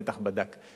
בטח בדק.